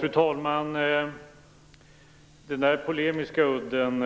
Fru talman! Den polemiska udden